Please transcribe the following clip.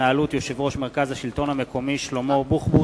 התנהלות יושב-ראש מרכז השלטון המקומי שלמה בוחבוט,